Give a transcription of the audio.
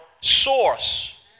source